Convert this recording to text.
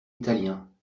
italiens